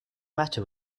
matter